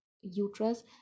uterus